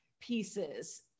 pieces